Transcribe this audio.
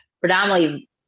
predominantly